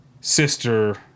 sister